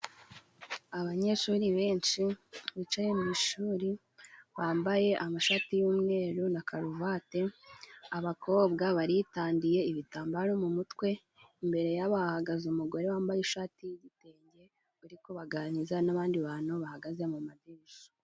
Abanyeshuri benshi bicaye mwishuri, bambaye amashati yumweru na karuvati, abakobwa baritandiye ibitambaro mumutwe, imbere yabahagaze umugore wambaye ishati yigitenge uri kubagani nabandi bantu, bahagaze mumadirishya.